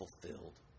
fulfilled